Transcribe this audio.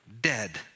dead